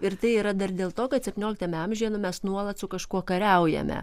ir tai yra dar dėl to kad septynioliktame amžiuje nu mes nuolat su kažkuo kariaujame